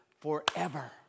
forever